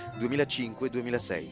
2005-2006